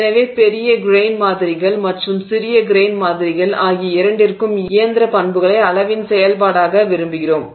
எனவே பெரிய கிரெய்ன் மாதிரிகள் மற்றும் சிறிய கிரெய்ன் மாதிரிகள் ஆகிய இரண்டிற்கும் இயந்திர பண்புகளை அளவின் செயல்பாடாக விரும்புகிறோம்